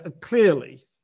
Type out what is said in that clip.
clearly